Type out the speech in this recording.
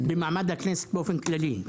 במעמד הכנסת באופן כללי.